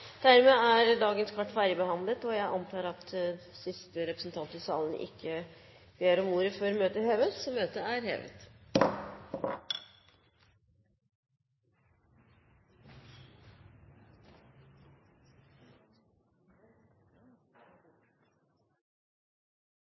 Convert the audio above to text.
Dermed er dagens kart ferdigbehandlet. Presidenten antar at siste representant i salen ikke ber om ordet før møtet heves? – Dermed er møtet hevet.